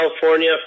California